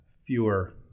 fewer